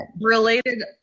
Related